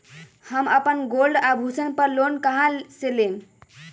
हम अपन गोल्ड आभूषण पर लोन कहां से लेम?